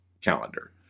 calendar